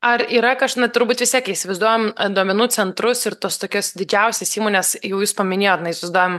ar yra nu turbūt vis tiek įsivaizduojam duomenų centrus ir tas tokias didžiausias įmones jūs paminėjote na isizduojam